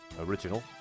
original